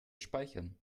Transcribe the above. speichern